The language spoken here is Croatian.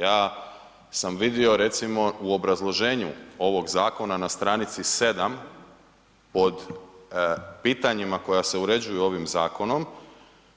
Ja sam vidio, recimo u obrazloženju ovog zakona na str. 7, pod pitanjima koja se uređuju ovim zakonom,